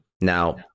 now